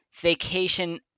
vacation